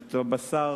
את הבשר